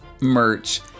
merch